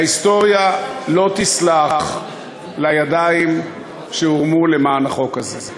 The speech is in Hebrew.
ההיסטוריה לא תסלח לידיים שהורמו למען החוק הזה.